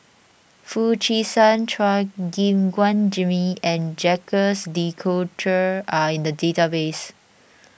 Foo Chee San Chua Gim Guan Jimmy and Jacques De Coutre are in the database